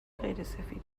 غیرسفید